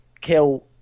kill